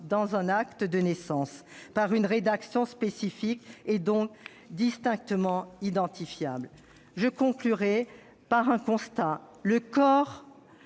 dans l'acte de naissance par une rédaction spécifique et, donc, distinctement identifiable. Je conclurai par un constat.